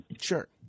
Sure